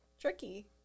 tricky